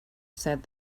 said